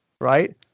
Right